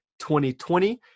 2020